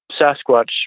Sasquatch